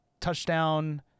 touchdown